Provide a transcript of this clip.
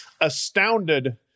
astounded